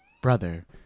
brother